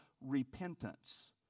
repentance